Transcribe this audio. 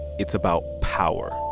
it's about power